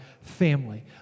family